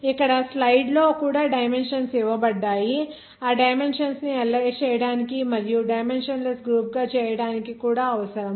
ఇక్కడ ఈ స్లయిడ్లో కూడా డైమెన్షన్స్ ఇవ్వబడ్డాయి ఆ డైమెన్షన్స్ డైమెన్షన్ ని అనలైజ్ చేయడానికి మరియు డైమెన్షన్ లెస్ గ్రూప్ గా చేయడానికి అవసరం